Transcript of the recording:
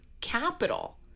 capital